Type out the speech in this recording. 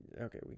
Okay